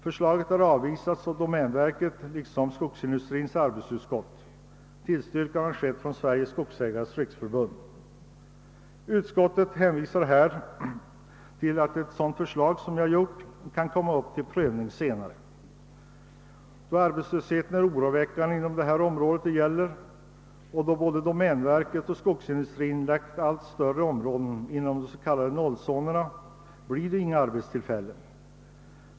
Förslaget har avvisats av domänverket liksom av skogsindustriernas samarbetsutskott. Däremot har det tillstyrkts av Sveriges skogsägareföreningars riksförbund. Utskottet hänvisar till att ett förslag motsvarande det jag framställt senare kan komma upp till prövning. Då arbetslösheten inom det område det gäller är oroväckande och då både domänverket och skogsindustrin lagt allt större områden inom den så kallade noll-zonen, blir det inga arbetstillfällen.